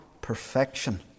perfection